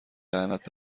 لعنت